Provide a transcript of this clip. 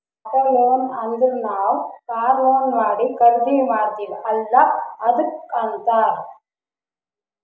auto loan ಅಂದುರ್ ನಾವ್ car loan ಮಾಡಿ ಖರ್ದಿ ಮಾಡ್ತಿವಿ ಅಲ್ಲಾ ಅದ್ದುಕ್ ಅಂತ್ತಾರ್